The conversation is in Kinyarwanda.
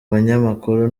banyamakuru